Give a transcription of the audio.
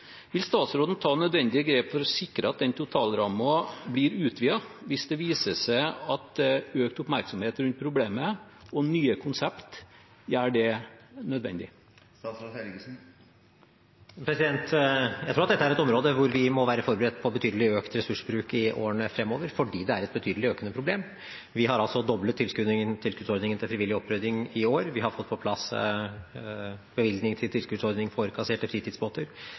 Vil statsråden ta nødvendige grep for å sikre at den totalrammen blir utvidet, hvis det viser seg at økt oppmerksomhet rundt problemet og nye konsept gjør det nødvendig? Jeg tror at dette er et område hvor vi må være forberedt på betydelig økt ressursbruk i årene fremover, fordi det er et betydelig økende problem. Vi har doblet tilskuddsordningen til frivillig opprydding i år. Vi har fått på plass bevilgning til tilskuddsordning for kasserte fritidsbåter.